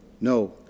No